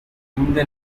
இந்த